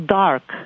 dark